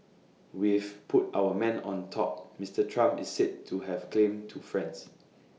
we've put our man on top Mister Trump is said to have claimed to friends